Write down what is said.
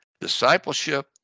Discipleship